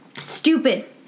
stupid